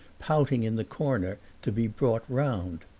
pouting in the corner, to be brought round.